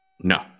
No